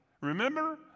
Remember